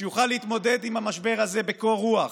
שיוכל להתמודד עם המשבר הזה בקור רוח,